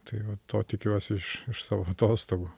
tai vat to tikiuosi iš iš savo atostogų